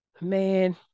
Man